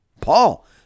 Paul